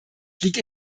liegt